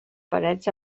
parets